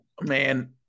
Man